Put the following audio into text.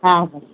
हा हा